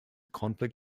conflict